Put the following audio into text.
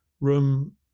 room